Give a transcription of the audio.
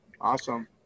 awesome